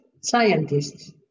scientists